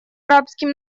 арабским